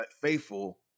faithful